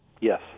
Yes